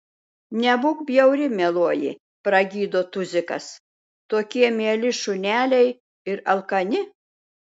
nebūk bjauri mieloji pragydo tuzikas tokie mieli šuneliai ir alkani